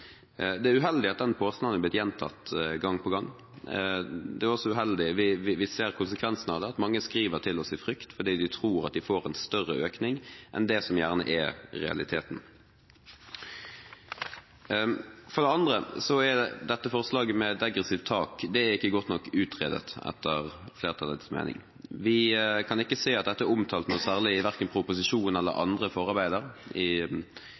Det er uheldig at den påstanden er blitt gjentatt gang på gang. Vi ser konsekvensene av det; mange skriver til oss i frykt fordi de tror de får en større økning enn det som gjerne er realiteten. For det andre: Dette forslaget med degressivt tak er ikke godt nok utredet, etter flertallets mening. Vi kan ikke se at dette er omtalt noe særlig verken i proposisjonen eller i andre forarbeider, f.eks. i